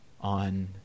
on